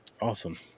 Awesome